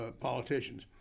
politicians